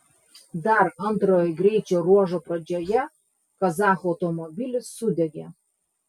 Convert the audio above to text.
dar antrojo greičio ruožo pradžioje kazachų automobilis sudegė